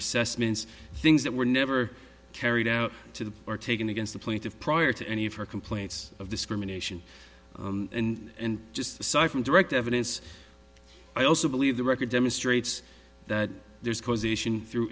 her sesame ins things that were never carried out to the are taken against the point of prior to any of her complaints of discrimination and just aside from direct evidence i also believe the record demonstrates that there's causation through